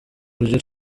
byo